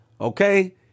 okay